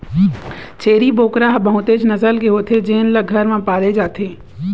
छेरी बोकरा ह बहुतेच नसल के होथे जेन ल घर म पाले जाथे